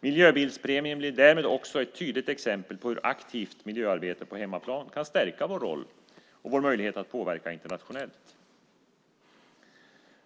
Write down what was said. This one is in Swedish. Miljöbilspremien blir därmed också ett tydligt exempel på hur aktivt miljöarbete på hemmaplan kan stärka vår roll och vår möjlighet att påverka internationellt.